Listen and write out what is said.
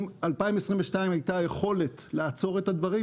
אם ב-2022 הייתה יכולת לעצור את הדברים,